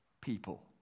people